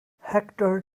hector